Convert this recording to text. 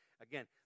Again